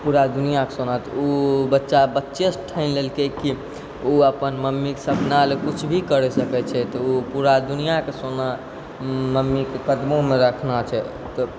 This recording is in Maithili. पूरा दुनिआके सोना उ बच्चा बच्चेसँ ठानि लेलकै कि उ अब अपन मम्मीके सपना लए कुछ भी कर सकै छै तऽ उ पूरा दुनिआके सोना मम्मीके कदमोमे रखना छै